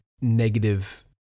negative